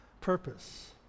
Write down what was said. purpose